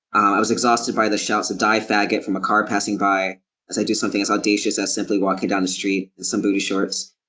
i was exhausted by the shouts of die faggot! from a car passing by as i do something as audacious as simply walking down the street in some booty shorts.